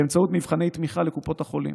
באמצעות מבחני תמיכה לקופות החולים.